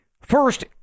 First